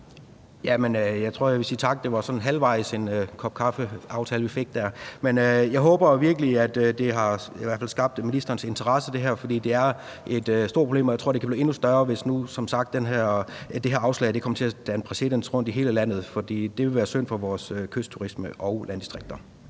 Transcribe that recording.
Jeg tror, at jeg vil sige tak. Det var halvvejs en kop kaffe-aftale, vi fik der. Men jeg håber virkelig, at det i hvert fald har vakt ministerens interesse, for det er et stort problem, og jeg tror, at det kan blive endnu større, hvis det her afslag som sagt kommer til at danne præcedens rundtom i hele landet. Det ville være synd for vores kystturisme og landdistrikter.